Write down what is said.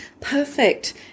Perfect